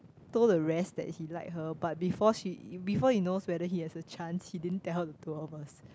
told the rest that he like her but before she before he knows whether he has a chance he didn't tell the two of us